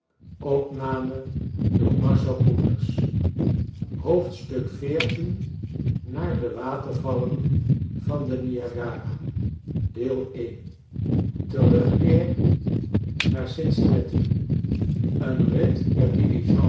naar de watervallen van den niagara terugkeer naar cincinnati een bit